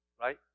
Right